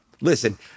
listen